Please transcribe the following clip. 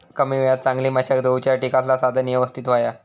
कमी वेळात चांगली मशागत होऊच्यासाठी कसला साधन यवस्तित होया?